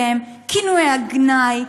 כינויי הגנאי,